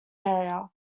area